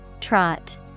Trot